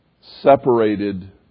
separated